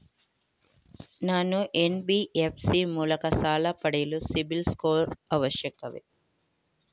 ನಾನು ಎನ್.ಬಿ.ಎಫ್.ಸಿ ಮೂಲಕ ಸಾಲ ಪಡೆಯಲು ಸಿಬಿಲ್ ಸ್ಕೋರ್ ಅವಶ್ಯವೇ?